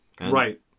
right